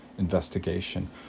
investigation